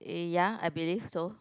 eh ya I believe so